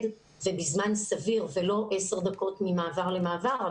ובזמן סביר ולא עשר דקות ממעבר למעבר.